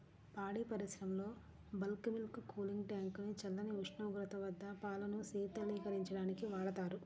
పాడి పరిశ్రమలో bulk milk cooling tank ని చల్లని ఉష్ణోగ్రత వద్ద పాలను శీతలీకరించడానికి వాడతారు